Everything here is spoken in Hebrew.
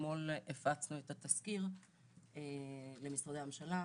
ואתמול הפצנו את התזכיר למשרדי הממשלה,